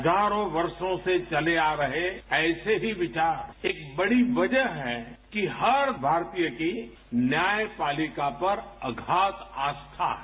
हजारों वर्षों से चले आ रहे ऐसे ही विचार एक बड़ी वजह है कि हर भारतीय की न्यायपालिका पर अगाध आस्था है